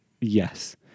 yes